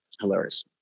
hilarious